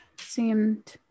seemed